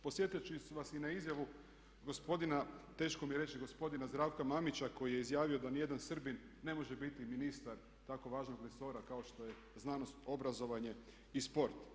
Podsjetio bih vas i na izjavu gospodina teško mi je reći gospodina Zdravka Mamića koji je izjavio da nijedan Srbin ne može biti ministar tako važnog resora kao što je znanost, obrazovanje i sport.